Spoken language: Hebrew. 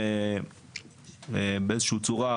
שבאיזושהי צורה,